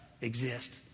exist